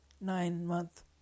nine-month